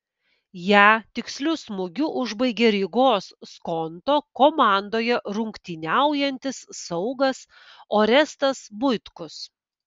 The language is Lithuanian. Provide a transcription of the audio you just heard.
ją tiksliu smūgiu užbaigė rygos skonto komandoje rungtyniaujantis saugas orestas buitkus